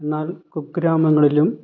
എന്നാൽ കുഗ്രാമങ്ങളിലും